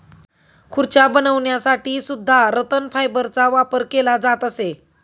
खुर्च्या बनवण्यासाठी सुद्धा रतन फायबरचा वापर केला जात असे